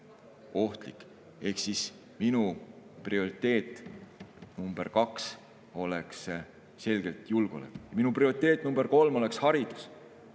Ehk minu prioriteet number kaks oleks selgelt julgeolek. Minu prioriteet number kolm oleks haridus